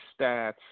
stats